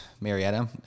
Marietta